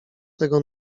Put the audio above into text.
tego